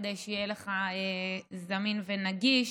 כדי שיהיה לך זמין ונגיש.